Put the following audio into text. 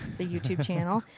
it's a youtube channel.